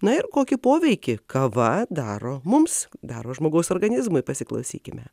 na ir kokį poveikį kava daro mums daro žmogaus organizmui pasiklausykime